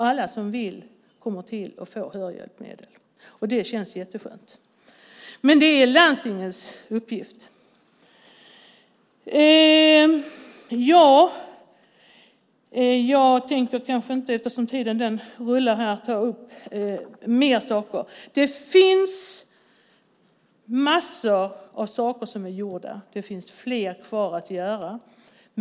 Alla som vill kommer att få hörhjälpmedel. Det känns jättebra. Det är landstingens uppgift. Massor av saker är gjorda. Det finns fler kvar att göra.